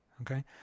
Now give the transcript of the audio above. Okay